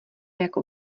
jako